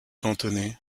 cantonné